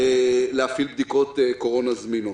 להפעיל בדיקות קורונה זמינות.